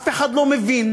אף אחד לא מבין,